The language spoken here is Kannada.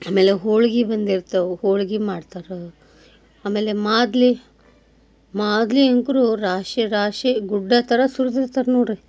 ಆಮೇಲೆ ಹೋಳ್ಗೆ ಬಂದಿರ್ತವು ಹೋಳ್ಗೆ ಮಾಡ್ತಾರೆ ಆಮೇಲೆ ಮಾದ್ಲಿ ಮಾದ್ಲಿ ಅಂಕ್ರು ರಾಶಿ ರಾಶಿ ಗುಡ್ಡ ಥರ ಸುರ್ದಿರ್ತಾರೆ ನೋಡಿರಿ